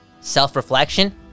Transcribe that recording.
self-reflection